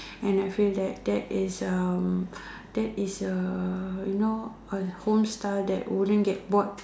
and I feel that that is um that is a you know a home style that wouldn't get bored